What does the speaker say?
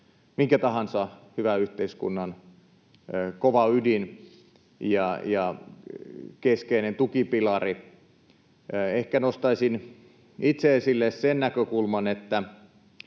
minkä tahansa hyvän yhteiskunnan kova ydin ja keskeinen tukipilari. Ehkä nostaisin itse esille sen näkökulman, tämän